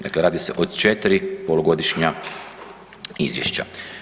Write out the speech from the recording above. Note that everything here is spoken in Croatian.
Dakle, radi se o 4 polugodišnja izvješća.